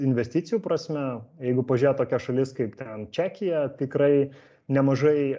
investicijų prasme jeigu pažėt tokias šalis kaip ten čekija tikrai nemažai